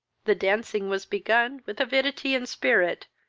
the dancing was begun with avidity and spirit,